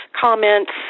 comments